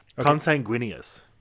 Consanguineous